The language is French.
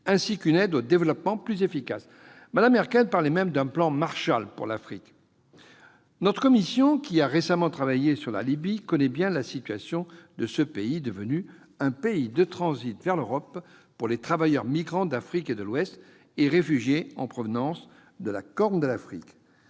ainsi qu'une aide au développement plus efficace. Mme Merkel parlait même d'un plan Marshall pour l'Afrique. Notre commission, qui a récemment travaillé sur la Libye, connaît bien la situation de ce pays devenu une voie de transit vers l'Europe pour les travailleurs migrants d'Afrique de l'Ouest et les réfugiés en provenance de la Corne de l'Afrique.